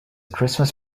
christmas